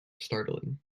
startling